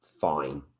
fine